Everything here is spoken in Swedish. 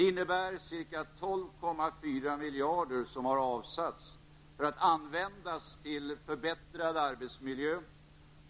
Gunnar Björk sade ju att man numera var så överens.